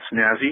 Snazzy